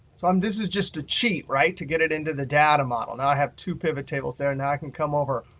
so um this is just a cheat, right, to get it into the data model. now i have two pivottables there. and now i can come over,